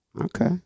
Okay